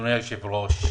אדוני היושב-ראש,